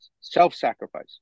self-sacrifice